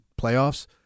playoffs